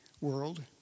world